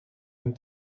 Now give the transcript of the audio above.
hun